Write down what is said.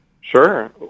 Sure